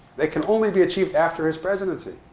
that can only be achieved after his presidency.